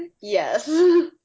Yes